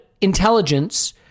intelligence